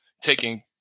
taking